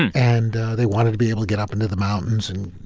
and and they wanted to be able to get up into the mountains and,